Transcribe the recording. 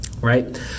right